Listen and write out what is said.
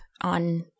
on